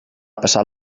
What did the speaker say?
passat